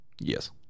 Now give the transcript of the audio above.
Yes